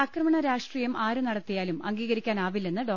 ആക്രമണ രാഷ്ട്രീയം ആരുനടത്തിയാലും അംഗീകരിക്കാനാവില്ലെന്ന് ഡോ